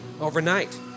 overnight